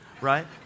right